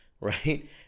right